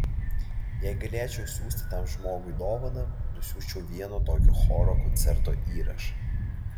jei galėčiau siųsti tam žmogui dovaną nusiųsčiau vieno tokio choro koncerto įrašą